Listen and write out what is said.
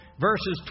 Verses